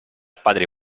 padre